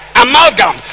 amalgam